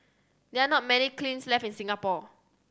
there are not many kilns left in Singapore